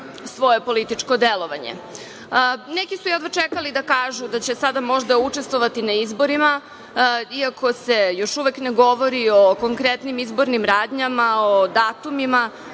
svoje političko delovanje. Neki su jedva čekali da kažu da će sada možda učestvovati na izborima, iako se još uvek ne govori o konkretnim izbornim radnjama, o datumima.